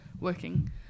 working